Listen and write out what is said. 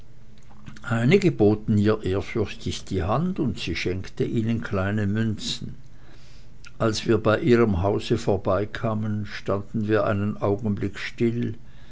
einige boten ihr ehrfürchtig die hand und sie schenkte ihnen kleine münzen als wir bei ihrem hause vorbeikamen standen wir einen augenblick still